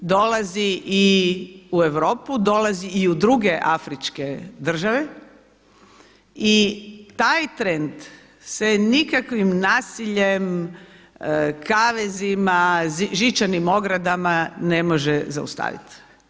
Dolazi i u Europu, dolazi i u druge afričke države i taj trend se nikakvim nasiljem, kavezima, žićanim ogradama ne može zaustavit.